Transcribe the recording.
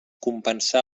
compensar